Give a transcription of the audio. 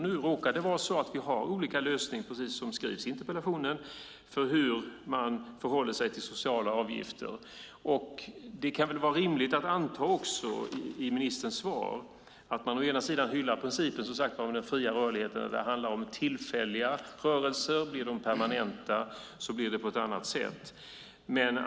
Nu råkar det vara så att vi har olika lösning, precis som skrivs i interpellationssvaret, för hur man förhåller sig till sociala avgifter. Det kan också vara rimligt att anta som står i ministerns svar att man hyllar principen om den fria rörligheten när det handlar om tillfälliga rörelser. Är de permanenta blir det på ett annat sätt.